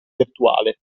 virtuale